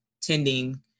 tending